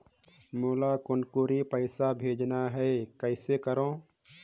मोला कुनकुरी पइसा भेजना हैं, कइसे करो?